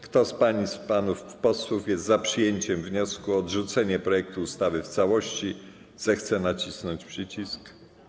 Kto z pań i panów posłów jest za przyjęciem wniosku o odrzucenie projektu ustawy w całości, zechce nacisnąć przycisk.